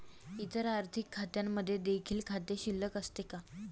इतर आर्थिक खात्यांमध्ये देखील खाते शिल्लक असते का?